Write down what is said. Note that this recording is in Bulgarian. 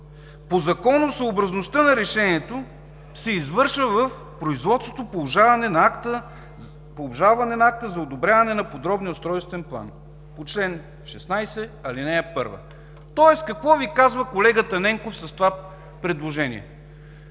по законосъобразността на решението се извършва в производството по обжалване на акта за одобряване на подробния устройствен план по чл. 16, ал. 1.“ Какво казва колегата Ненков с това предложение?